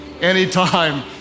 anytime